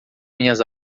minhas